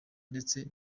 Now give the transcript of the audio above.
ndetse